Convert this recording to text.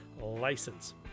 License